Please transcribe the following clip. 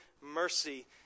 mercy